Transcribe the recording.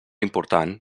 important